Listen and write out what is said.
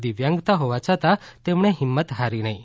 દિવ્યાંગતા હોવા છતાં તેમણે હિંમત હારી નહીં